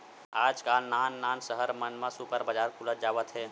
आजकाल नान नान सहर मन म सुपर बजार खुलत जावत हे